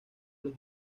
los